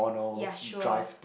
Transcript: ya sure